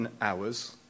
hours